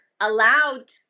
allowed